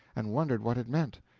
and wondered what it meant.